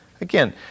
Again